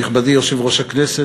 נכבדי יושב-ראש הכנסת,